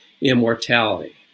immortality